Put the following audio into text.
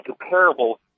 comparable